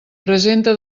presenta